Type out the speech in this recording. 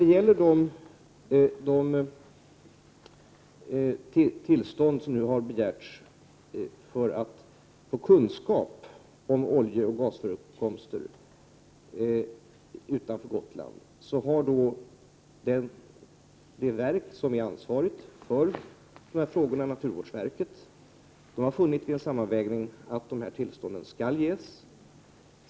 Det har begärts tillstånd för att man skall få kunskap om oljeoch gasförekomster utanför Gotland. Naturvårdsverket, som är ansvarigt för dessa frågor, har vid en sammanvägning kommit fram till att dessa tillstånd skall ges.